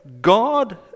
God